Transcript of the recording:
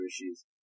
issues